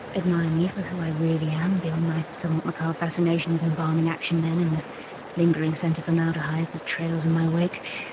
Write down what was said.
admire me for who i really am beyond my somewhat macabre fascination with embalming action men, and the lingering scent of formaldehyde that trails in my wake.